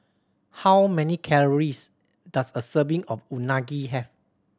how many calories does a serving of Unagi have